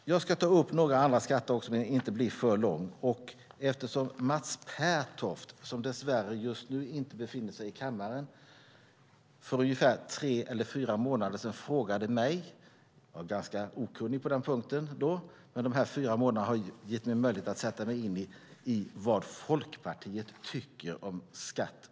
Jag ska ta upp några andra skatter också men inte bli för långrandig. Mats Pertoft, som dess värre inte befinner sig i kammaren just nu, frågade för ungefär tre eller fyra månader mig vad Folkpartiet tycker om skatten på handelsgödsel. Jag var ganska okunnig på denna punkt då, men dessa fyra månader har gett mig möjlighet att sätta mig in i detta.